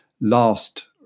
Last